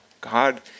God